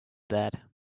that